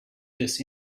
this